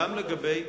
למה לא?